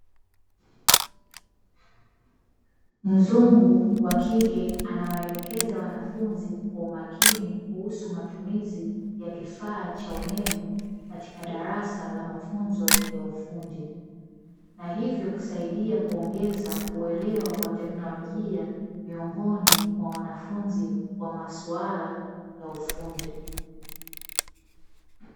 Mzungu wa kike anawaelekeza wanafunzi kwa umakini kuhusu matumizi ya kifaa cha umeme katika darasa la mafunzo ya ufundi, na hivyo kusaidia kuongeza uelewa wa teknolojia miongoni mwa wanafunzi wa masuala ya ufundi.